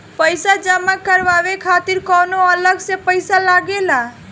पईसा जमा करवाये खातिर कौनो अलग से पईसा लगेला?